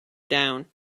down